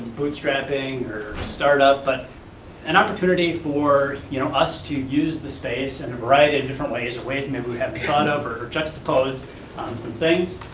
bootstrapping or startup, but an opportunity for you know us to use the space in a variety of different ways, or ways, maybe we haven't thought kind of, or or juxtapose um some things.